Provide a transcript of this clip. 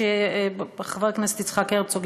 כשחבר הכנסת יצחק הרצוג,